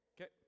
Okay